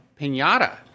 pinata